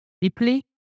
deeply